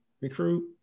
recruit